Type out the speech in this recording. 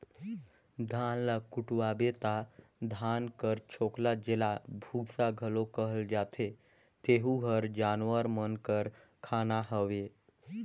धान ल कुटवाबे ता धान कर छोकला जेला बूसा घलो कहल जाथे तेहू हर जानवर मन कर खाना हवे